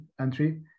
entry